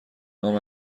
نام